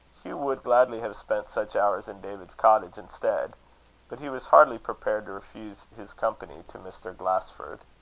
hugh would gladly have spent such hours in david's cottage instead but he was hardly prepared to refuse his company to mr. glasford.